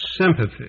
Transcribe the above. sympathy